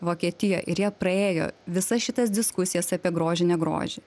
vokietijoj ir jie praėjo visas šitas diskusijas apie grožį negrožį